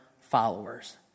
followers